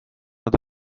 nad